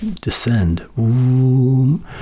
descend